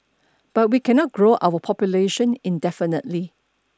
but we cannot grow our population indefinitely